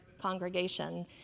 congregation